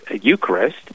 Eucharist